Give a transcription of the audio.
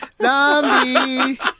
Zombie